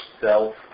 self